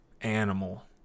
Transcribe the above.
animal